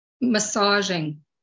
massaging